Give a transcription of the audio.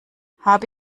habe